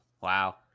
Wow